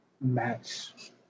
match